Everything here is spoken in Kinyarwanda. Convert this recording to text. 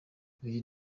uyu